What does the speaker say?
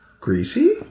greasy